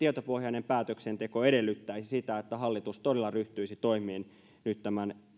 tietopohjainen päätöksenteko edellyttäisi sitä että hallitus todella ryhtyisi toimiin nyt tämän